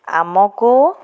ଆମକୁ